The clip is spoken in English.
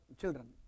children